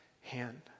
hand